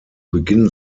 beginn